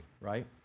right